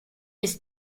its